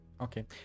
Okay